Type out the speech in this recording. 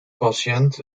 patiënt